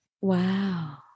Wow